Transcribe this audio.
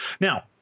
Now